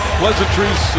pleasantries